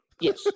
Yes